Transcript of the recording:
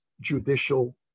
judicial